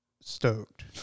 Stoked